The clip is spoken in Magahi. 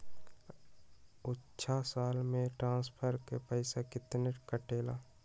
अछा साल मे ट्रांसफर के पैसा केतना कटेला?